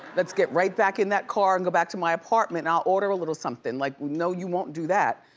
let's get right back in that car and go back to my apartment and i'll order a little something, like no, you won't do that.